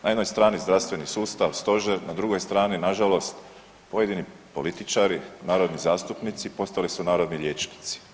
Na jednoj strani zdravstveni sustav, stožer, na drugoj strani nažalost pojedini političari, narodni zastupnici postali su narodni liječnici.